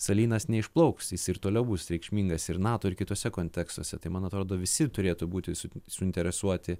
salynas neišplauks jis ir toliau bus reikšmingas ir nato ir kituose kontekstuose tai man atrodo visi turėtų būti su suinteresuoti